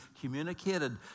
communicated